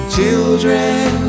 Children